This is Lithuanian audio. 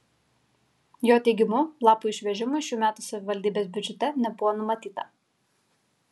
jo teigimu lapų išvežimui šių metų savivaldybės biudžete nebuvo numatyta